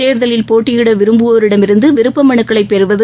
தேர்தலில் போட்டியிடவிரும்புவோரிடமிருந்துவிருப்பமனுக்களைபெறுவது